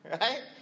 right